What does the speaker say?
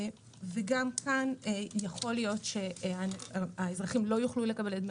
וגם כאן יכול להיות שהאזרחים לא יוכל לקבל את דמי